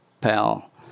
Pal